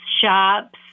shops